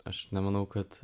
aš nemanau kad